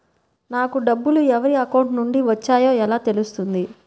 నాకు డబ్బులు ఎవరి అకౌంట్ నుండి వచ్చాయో ఎలా తెలుస్తుంది?